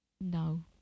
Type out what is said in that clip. No